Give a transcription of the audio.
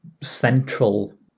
central